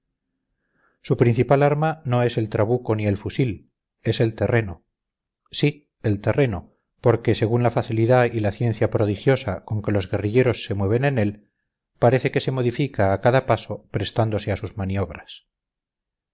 su principal arma no es el trabuco ni el fusil es el terreno sí el terreno porque según la facilidad y la ciencia prodigiosa con que los guerrilleros se mueven en él parece que se modifica a cada paso prestándose a sus maniobras